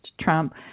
Trump